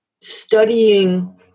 studying